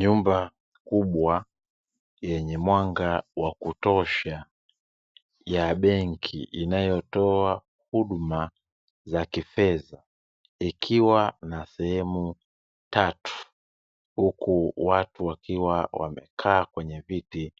Nyumba kubwa, yenye mwanga wa kutosha, ya benki inayotoa huduma za kifedha, ikiwa na sehemu tatu. Huku watu wakiwa wamekaa kwenye viti,